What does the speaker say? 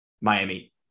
Miami